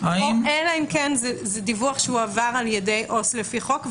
אלא אם כן זה דיווח שהועבר על ידי עובד סוציאלי לפי חוק,